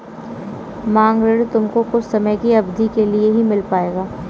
मांग ऋण तुमको कुछ समय की अवधी के लिए ही मिल पाएगा